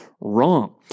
wrong